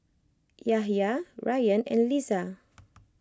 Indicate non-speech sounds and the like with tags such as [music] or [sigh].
Yahaya Ryan and Lisa [noise]